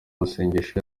masengesho